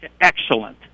excellent